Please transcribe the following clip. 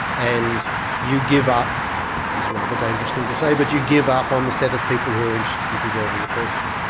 and you give up. this is a rather dangerous thing to say, but you give up on the set of people who are interested in preserving the present.